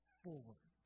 forward